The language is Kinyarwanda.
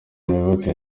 muyoboke